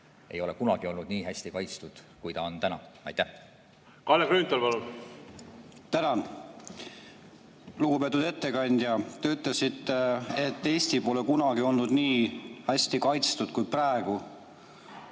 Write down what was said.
ei ole kunagi olnud nii hästi kaitstud, kui ta on täna. Kalle Grünthal, palun! Kalle Grünthal, palun! Tänan! Lugupeetud ettekandja! Te ütlesite, et Eesti pole kunagi olnud nii hästi kaitstud kui praegu.